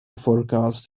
forecast